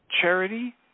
charity